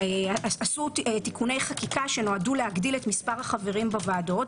עשו תיקוני חקיקה שנועדו להגדיל את מס' החברים בוועדות,